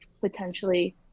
potentially